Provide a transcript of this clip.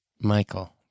Michael